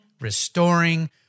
restoring